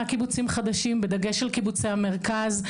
קיבוצים חדשים בדגש על קיבוצי המרכז.